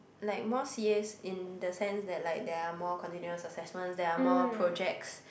like more C_As in the sense that like there are more continual assessments there are more projects